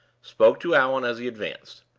spoke to allan as he advanced.